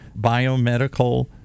biomedical